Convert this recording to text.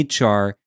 ...HR